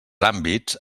àmbits